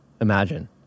imagine